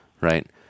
right